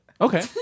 Okay